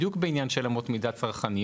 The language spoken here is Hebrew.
בדיוק בעניין של אמות מידה צרכניות.